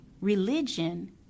religion